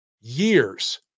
years